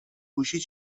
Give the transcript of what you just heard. گوشیت